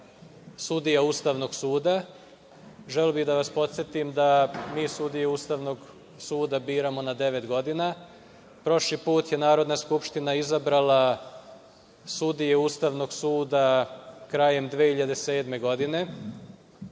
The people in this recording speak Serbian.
sudija Ustavnog suda. Želeo bih da vas podsetim da mi sudije Ustavnog suda biramo na devet godina. Prošli put je Narodna skupština izabrala sudije Ustavnog suda krajem 2007. godine.